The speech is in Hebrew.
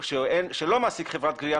שלא מעסיק חברת גבייה,